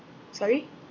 sorry